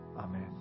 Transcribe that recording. Amen